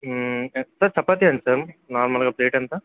ఎంత సార్ చపాతి ఎంత సార్ నార్మల్గా ప్లేట్ ఎంత